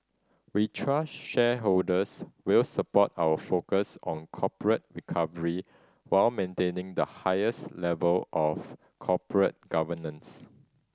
we trust shareholders will support our focus on corporate recovery while maintaining the highest level of corporate governance